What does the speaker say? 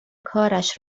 کارش